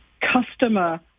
customer